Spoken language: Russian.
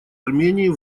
армении